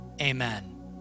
amen